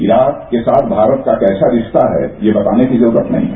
Iraq के साथ भारत का कैसा रिश्ता है ये बताने की जरूरत नहीं है